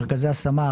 מרכזי השמה,